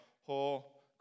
whole